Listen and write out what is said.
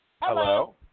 Hello